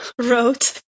wrote